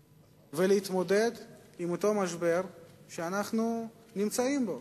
ולהתמודד עם אותו משבר שאנחנו נמצאים בו.